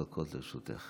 שלוש דקות לרשותך.